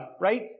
right